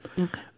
okay